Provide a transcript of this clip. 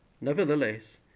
Nevertheless